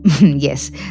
yes